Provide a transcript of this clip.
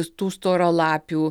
tų storalapių